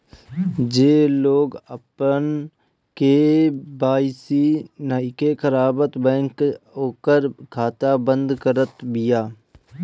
जे लोग आपन के.वाई.सी नइखे करावत बैंक ओकर खाता बंद करत बिया